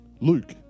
Luke